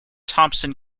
thompson